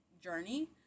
journey